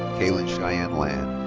kaitlyn cheyenne land.